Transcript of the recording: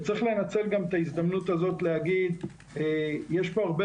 צריך לנצל את ההזדמנות הזאת להגיד שיש פה הרבה